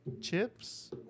chips